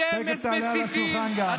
תכף תעלה על השולחן גם.